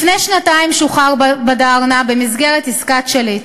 לפני שנתיים שוחרר בדארנה במסגרת עסקת שליט.